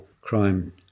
crime